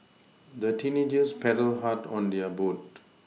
the teenagers paddled hard on their boat